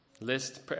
list